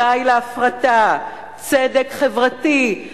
די להפרטה, צדק חברתי.